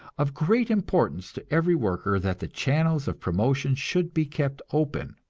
of great importance to every worker that the channels of promotion should be kept open,